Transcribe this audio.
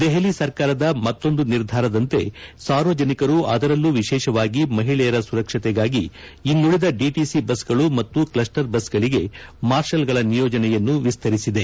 ದೆಹಲಿ ಸರ್ಕಾರದ ಮತ್ತೊಂದು ನಿರ್ಧಾರದಂತೆ ಸಾರ್ವಜನಿಕರು ಅದರಲ್ಲೂ ವಿಶೇಷವಾಗಿ ಮಹಿಳೆಯರ ಸುರಕ್ಷತೆಗಾಗಿ ಇನ್ನುಳಿದ ಡಿಟಿಸಿ ಬಸ್ಗಳು ಮತ್ತು ಕ್ಲಸ್ಟರ್ ಬಸ್ಗಳಿಗೆ ಮಾರ್ಷ್ಲ್ಗಳ ನಿಯೋಜನೆಯನ್ನು ವಿಸ್ತರಿಸಿದೆ